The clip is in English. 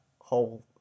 whole